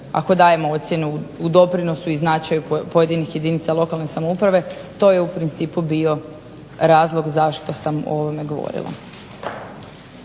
ako dajemo ocjenu u doprinosu i značaju pojedinih jedinica lokalne samouprave, to je u principu bio razlog zašto sam o ovome govorila.